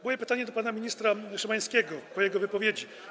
Moje pytanie do pana ministra Szymańskiego po jego wypowiedzi.